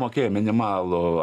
mokėjo minimalų